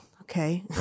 Okay